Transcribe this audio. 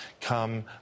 come